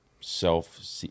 self